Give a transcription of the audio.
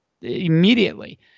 Immediately